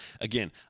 again